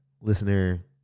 listener